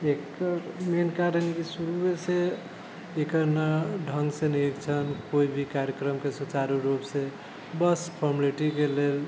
एकर main कारण कि शुरुएसँ एकर नहि ढङ्गसँ निरीक्षण कोइ भी कार्यक्रमके सुचारु रुपसँ बस फॉर्मिलिटीके लेल